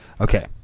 okay